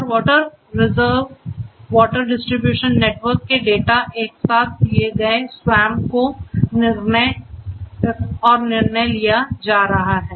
और water reserve water distribution network के data एक साथ दिए गए SWAMP को और निर्णय लिए जा रहे हैं